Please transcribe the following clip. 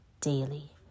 daily